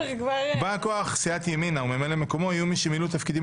בא כוח סיעת ימינה וממלא מקומו יהיו מי שמילאו תפקידים